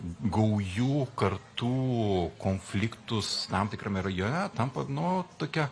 gaujų kartų konfliktus tam tikrame rajone tampa nu tokia